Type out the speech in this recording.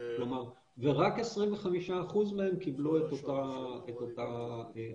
ורק 25% קיבלו את אותה התאמה.